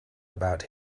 about